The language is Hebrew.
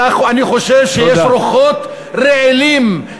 אני חושב שרוחות רעילות,